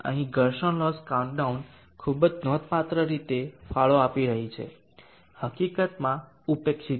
અહીં ઘર્ષણલોસ કાઉન્ટડાઉન ખૂબ જ નોંધપાત્ર રીતે ફાળો આપી રહી છે હકીકતમાં ઉપેક્ષિત છે